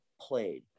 played